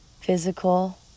physical